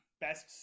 best